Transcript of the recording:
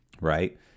right